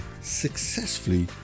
successfully